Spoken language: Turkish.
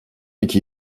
iki